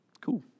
Cool